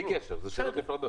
בלי קשר, אלה שאלות נפרדות.